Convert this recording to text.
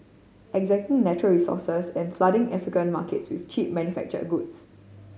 exacting natural resources and flooding African markets with cheap manufactured goods